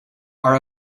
are